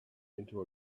into